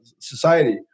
society